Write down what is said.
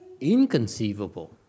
inconceivable